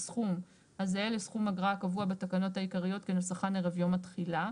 בסכום הזהה לסכום אגרה הקבוע בתקנות העיקריות כנוסחן ערב יום התחילה,